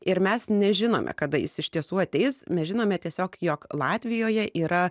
ir mes nežinome kada jis iš tiesų ateis mes žinome tiesiog jog latvijoje yra